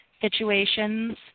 situations